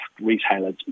retailers